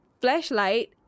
flashlight